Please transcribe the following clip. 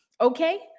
Okay